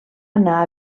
anar